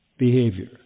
behavior